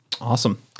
awesome